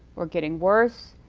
or getting worse.